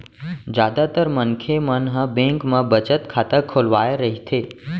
जादातर मनखे मन ह बेंक म बचत खाता खोलवाए रहिथे